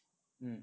mm